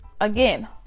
again